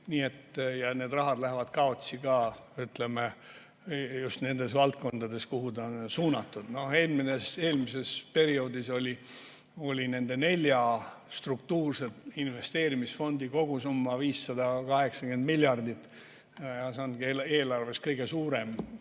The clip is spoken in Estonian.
vigu ja need rahad lähevad kaotsi ka, ütleme, just nendes valdkondades, kuhu ta on suunatud. Eelmisel perioodil oli nende nelja struktuurse investeerimisfondi kogusumma 580 miljardit. See ongi eelarvest kõige suurem